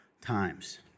times